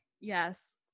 Yes